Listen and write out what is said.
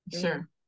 Sure